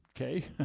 Okay